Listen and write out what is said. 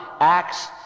Acts